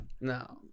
No